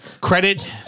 Credit